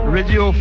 Radio